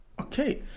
okay